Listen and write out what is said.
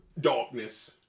darkness